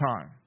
time